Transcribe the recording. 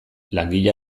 langile